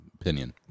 opinion